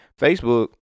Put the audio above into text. Facebook